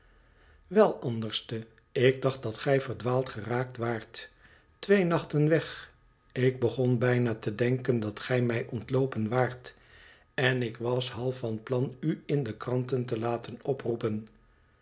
wel anderste ik dacht dat gij verdwaald geraakt waart twee nachten weg ik begon bijna te denken dat gij mij ontloopen waart en ik was half van plan u in de kranten te laten oproepen